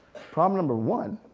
problem number one,